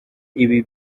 ibi